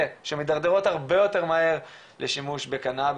שמתדרדרות הרבה יותר מהר לשימוש בקנאביס,